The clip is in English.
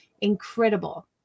incredible